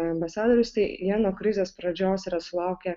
ambasadorius tai jie nuo krizės pradžios yra sulaukę